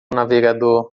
navegador